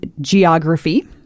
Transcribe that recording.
geography